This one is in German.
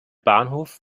bahnhof